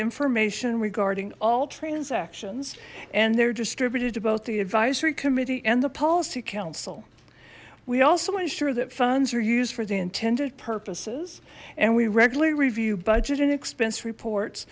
information regarding all transactions and they're distributed to both the advisory committee and the policy council we also ensure that funds are used for the intended purposes and we regularly review budget and expense report